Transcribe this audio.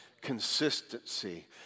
consistency